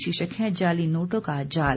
शीर्षक है जाली नोटों का जाल